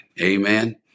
Amen